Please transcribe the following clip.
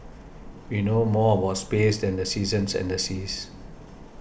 we know more about space than the seasons and the seas